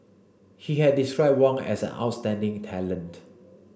he had described Wang as an outstanding talent